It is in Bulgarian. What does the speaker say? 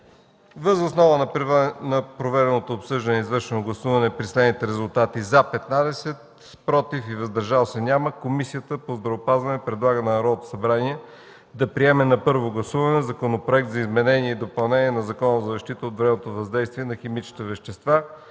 Въз основа на проведеното обсъждане и извършеното гласуване при следните резултати: „За” – 15, „Против” и „Въздържал се” - няма, Комисията по Здравеопазването предлага на Народното събрание да приеме на първо гласуване законопроект за изменение и допълнение на Закона за защита от вредното въздействие на химичните вещества